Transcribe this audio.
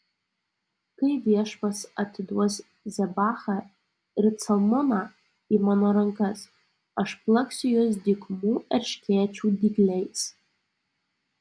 kai viešpats atiduos zebachą ir calmuną į mano rankas aš plaksiu jus dykumų erškėčių dygliais